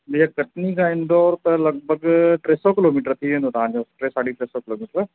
भैया कटनी खां इंदौर त लॻभॻि टे सौ किलोमीटर थी वेंदव तव्हांजो टे साढी टे सौ किलोमीटर